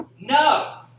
No